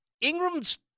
Ingram's